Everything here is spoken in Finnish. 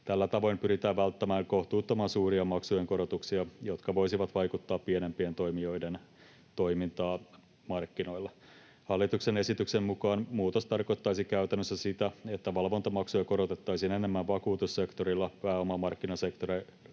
Tällä tavoin pyritään välttämään kohtuuttoman suuria maksujen korotuksia, jotka voisivat vaikeuttaa pienempien toimijoiden toimintaa markkinoilla. Hallituksen esityksen mukaan muutos tarkoittaisi käytännössä sitä, että valvontamaksuja korotettaisiin enemmän vakuutussektorilla, pääomamarkkinasektorilla